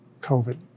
COVID